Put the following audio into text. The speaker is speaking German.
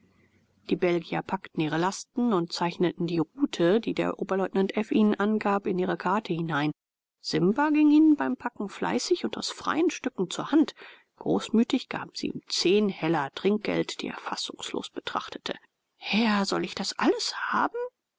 die belgier packten ihre lasten und zeichneten die route die der oberleutnant f ihnen angab in ihre karte hinein simba ging ihnen beim packen fleißig und aus freien stücken zur hand großmütig gaben sie ihm zehn heller trinkgeld die er fassungslos betrachtete herr soll ich das alles haben